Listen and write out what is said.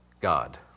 God